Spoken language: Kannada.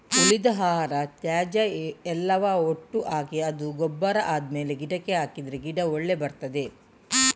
ಉಳಿದ ಆಹಾರ, ತ್ಯಾಜ್ಯ ಎಲ್ಲವ ಒಟ್ಟು ಹಾಕಿ ಅದು ಗೊಬ್ಬರ ಆದ್ಮೇಲೆ ಗಿಡಕ್ಕೆ ಹಾಕಿದ್ರೆ ಗಿಡ ಒಳ್ಳೆ ಬರ್ತದೆ